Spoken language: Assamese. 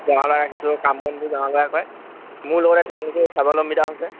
গাঁৱৰ ল'ৰা ৰাখিছোঁ কাম বনবোৰ গাঁৱৰ ল'ৰাই কৰে মোৰ লগতে তেওঁলোকেও স্বাৱলম্বিতা হৈছে